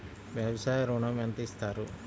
వ్యవసాయ ఋణం ఎంత ఇస్తారు?